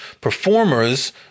performers